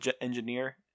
engineer